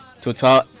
total